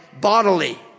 bodily